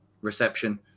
reception